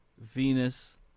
Venus